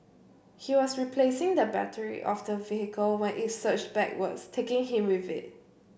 he was replacing the battery of the vehicle when it surged backwards taking him with it